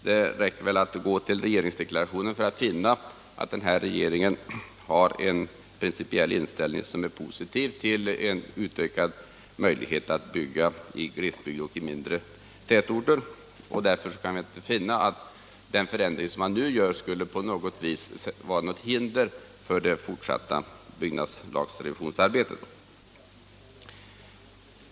Det räcker med att gå till regeringsdeklarationen för att finna att den nuvarande regeringen har en positiv inställning till en utökad möjlighet att bygga i glesbebyggelse och mindre tätorter. Därför kan jag inte finna att den ändring som nu görs skulle vara något hinder för fortsatt arbete med revisionen av byggnadslagen.